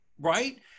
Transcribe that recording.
Right